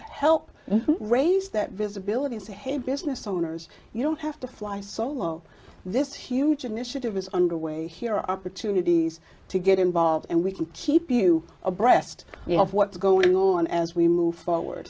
help raise their visibility into his business owners you don't have to fly solo this huge initiative is underway here opportunities to get involved and we can keep you abreast of what's going on as we move forward